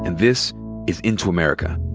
and this is into america.